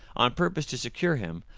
on purpose to secure him,